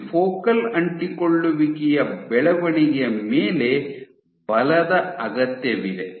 ಈ ಫೋಕಲ್ ಅಂಟಿಕೊಳ್ಳುವಿಕೆಯ ಬೆಳವಣಿಗೆಯ ಮೇಲೆ ಬಲದ ಅಗತ್ಯವಿದೆ